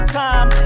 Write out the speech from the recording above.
time